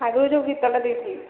ଆଗରୁ ଯୋଉ ଗୀତଟା ଦେଇଥିଲି